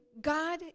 God